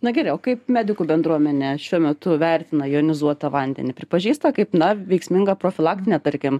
na gerai o kaip medikų bendruomenė šiuo metu vertina jonizuotą vandenį pripažįsta kaip na veiksmingą profilaktinę tarkim